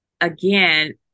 again